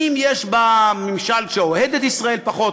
אם יש בה ממשל שאוהד את ישראל פחות,